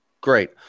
Great